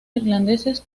irlandeses